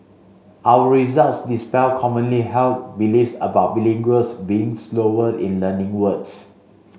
our results dispel commonly held beliefs about bilinguals being slower in learning words